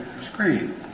screen